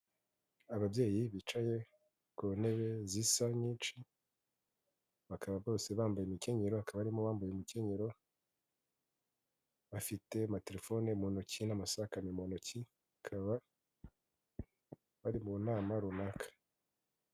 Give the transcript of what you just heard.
Ababyeyi bicaye ku ntebe zisa nyinshi bakaba bose bambaye imikenyerero bakaba harimo umbaye umukenyero, bafite amatelefone mu ntoki n'amasakame mu ntoki bakaba bari mu nama runaka.